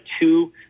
two